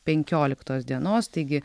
penkioliktos dienos taigi